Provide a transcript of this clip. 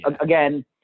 again